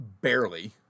barely